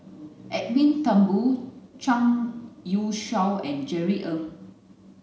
Edwin Thumboo Zhang Youshuo and Jerry Ng